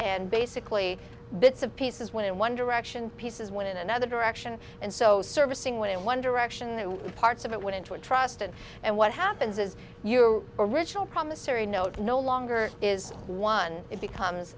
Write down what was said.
and basically bits of pieces one in one direction pieces one in another direction and so servicing one in one direction and parts of it went into a trust and and what happens is your original promissory note no longer is one it becomes